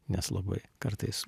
nes labai kartais